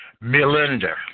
Melinda